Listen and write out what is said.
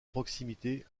proximité